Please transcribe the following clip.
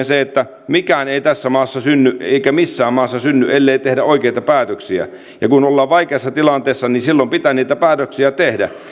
se että mikään ei tässä maassa synny eikä missään maassa synny ellei tehdä oikeita päätöksiä ja kun ollaan vaikeassa tilanteessa niin silloin pitää niitä päätöksiä tehdä